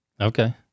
Okay